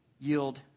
yield